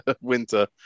winter